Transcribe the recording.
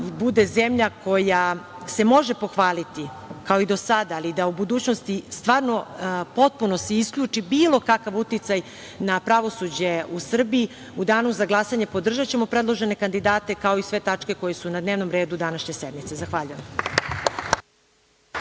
bude zemlja koja se može pohvaliti, kao i do sada, da se u budućnosti potpuno isključi bilo kakav uticaj na pravosuđe u Srbiji, u danu za glasanje podržaćemo predložene kandidate, kao i sve tačke koje su na dnevnom redu današnje sednice. Zahvaljujem.